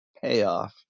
payoff